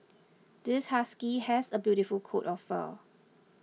this husky has a beautiful coat of fur